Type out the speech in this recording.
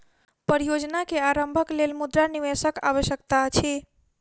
परियोजना के आरम्भक लेल मुद्रा निवेशक आवश्यकता अछि